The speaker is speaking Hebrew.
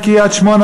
מקריית-שמונה,